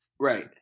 Right